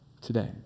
today